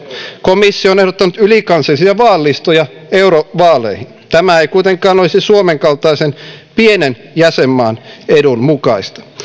komissio on ehdottanut ylikansallisia vaalilistoja eurovaaleihin tämä ei kuitenkaan olisi suomen kaltaisen pienen jäsenmaan edun mukaista